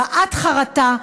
הבעת חרטה,